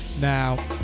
now